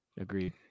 Agreed